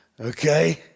Okay